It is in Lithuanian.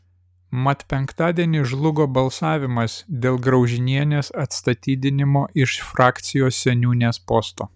mat penktadienį žlugo balsavimas dėl graužinienės atstatydinimo iš frakcijos seniūnės posto